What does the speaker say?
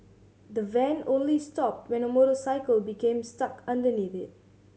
the van only stopped when a motorcycle became stuck underneath it